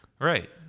Right